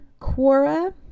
quora